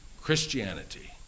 Christianity